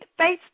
Facebook